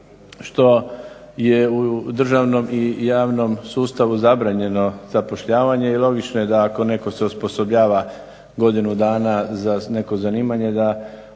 što je u državnom i javnom sustavu zabranjeno zapošljavanje i logično je da ako netko se osposobljava godinu dana za neko zanimanje da